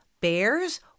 bears